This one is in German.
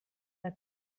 der